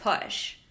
push